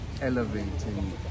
elevating